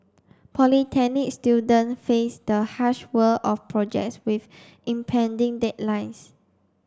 Polytechnic student face the harsh world of projects with impending deadlines